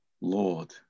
Lord